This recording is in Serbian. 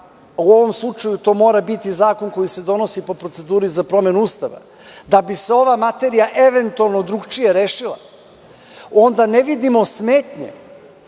u ovom slučaju to mora biti zakon koji se donosi po proceduri za promenu Ustava, da bi se ova materija eventualno drugačije rešila, onda ne vidimo smetnje